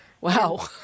Wow